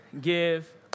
give